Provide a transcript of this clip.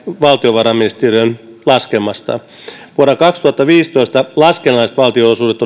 valtiovarainministeriön laskelmasta vuonna kaksituhattaviisitoista laskennalliset valtionosuudet